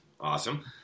Awesome